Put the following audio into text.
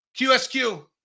QSQ